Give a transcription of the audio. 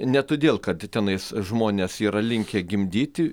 ne todėl kad tenais žmonės yra linkę gimdyti